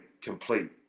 complete